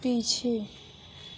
पीछे